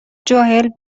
جاهل